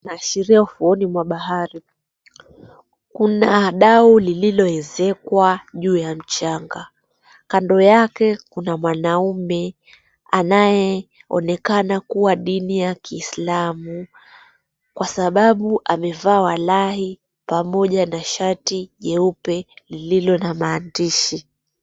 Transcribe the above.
Kunaashiria fuoni mwa bahari, kuna dau lililo ezekwa juu ya mchanga kando yake kuna mwanaume anayeonekana kuwa dini ya kiislamu kwa sababu amevaa walahi pamoja na shati nyeupe lililo na maandishi.